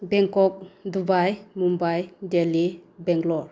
Bangkok Dubai Mumbai Delhi Bangalore